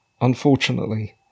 unfortunately